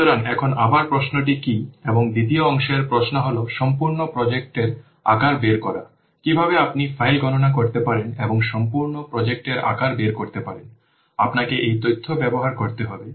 সুতরাং এখন আবার প্রশ্নটি কি এবং দ্বিতীয় অংশের প্রশ্ন হল সম্পূর্ণ প্রজেক্টের আকার বের করা কিভাবে আপনি ফাইল গণনা করতে পারেন এবং সম্পূর্ণ প্রজেক্টের আকার বের করতে পারেন আপনাকে এই তথ্য ব্যবহার করতে হবে